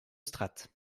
strates